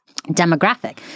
demographic